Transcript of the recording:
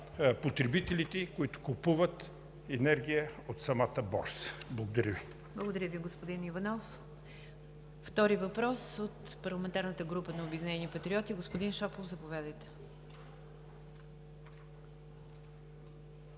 потребителите, които купуват енергия от самата борса. Благодаря Ви. ПРЕДСЕДАТЕЛ НИГЯР ДЖАФЕР: Благодаря Ви, господин Иванов. Втори въпрос от парламентарната група на „Обединени патриоти“. Господин Шопов, заповядайте.